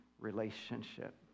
relationship